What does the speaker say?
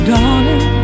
Darling